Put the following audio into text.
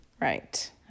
Right